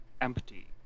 empty